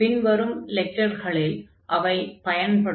பின் வரும் லெக்சர்களில் அவை பயன்படும்